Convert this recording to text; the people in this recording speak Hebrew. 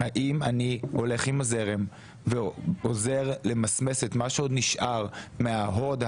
האם אני הולך עם הזרם ועוזר למסמס את מה שעוד נשאר מההוד,